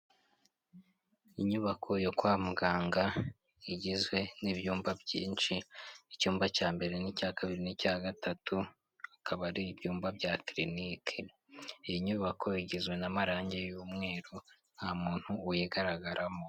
Inyubako yo kwa muganga igizwe n'ibyumba byinshi, icyumba cya mbere n'icya kabiri n'icya gatatu ikaba ari ibyumba ya kirinike, iyi nyubako igizwe na marangi y''mweru nta muntu uyigaragaramo.